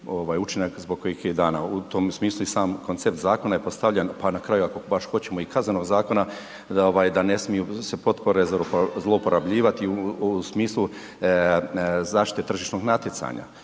učinak zbog kojih je dana, u tom smislu i sam koncept zakona je postavljen, pa na kraju ako baš hoćemo i kaznenog zakona da ovaj, da ne smiju se potpore zlouporabljivati u smislu zaštite tržišnog natjecanja